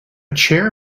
chair